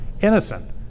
innocent